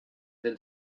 del